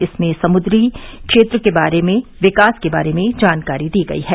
इसमें समुद्री क्षेत्र के विकास के बारे में जानकारी दी गई है